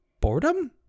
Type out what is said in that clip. boredom